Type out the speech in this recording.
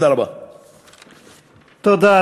תודה רבה.